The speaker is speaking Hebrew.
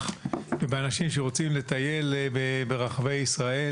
ובאנשים שרוצים לטייל ברחבי ישראל.